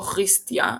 אוכריסטיה,